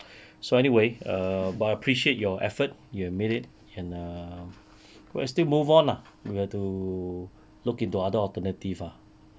so anyway err but I appreciate your effort you have made it and err we will still move on lah we have to look into other alternative lah